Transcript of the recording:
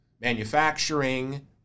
manufacturing